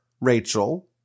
Rachel